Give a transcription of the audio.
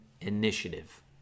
initiative